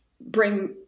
bring